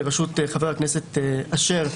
בראשות חבר הכנסת אשר,